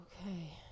Okay